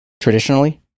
traditionally